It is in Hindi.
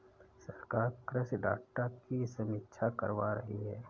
सरकार कृषि डाटा की समीक्षा करवा रही है